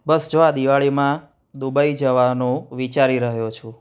બસ જો આ દિવાળીમાં દુબઈ જવાનું વિચારી રહ્યો છું